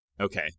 Okay